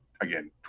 again